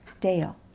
Dale